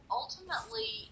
ultimately